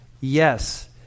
yes